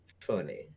funny